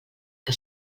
que